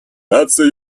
наций